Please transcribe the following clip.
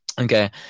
Okay